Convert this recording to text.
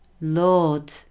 Lord